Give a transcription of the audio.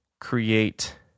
create